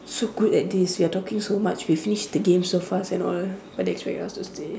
so good at this we are talking so much we finish the game so fast and all but they expect us to stay